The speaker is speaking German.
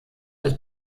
des